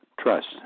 trust